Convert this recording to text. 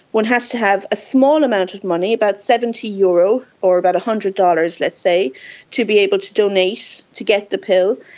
one has to have a small amount of money, about seventy euros or about one hundred dollars let's say to be able to donate to get the pill,